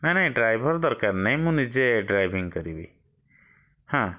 ନା ନାଇଁ ଡ୍ରାଇଭର୍ ଦରକାର ନାହିଁ ମୁଁ ନିଜେ ଡ୍ରାଇଭିଙ୍ଗ୍ କରିବି ହଁ